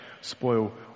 spoil